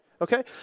Okay